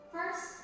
First